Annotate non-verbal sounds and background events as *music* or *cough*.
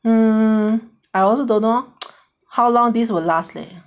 mm I also don't know *noise* how long this will last leh